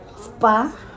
spa